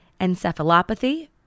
encephalopathy